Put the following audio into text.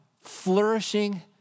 flourishing